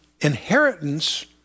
inheritance